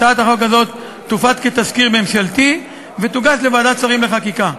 הצעת החוק הזאת תופץ כתזכיר ממשלתי ותוגש לוועדת שרים לחקיקה.